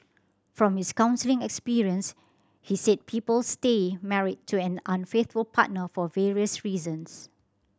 from his counselling experience he said people stay married to an unfaithful partner for various reasons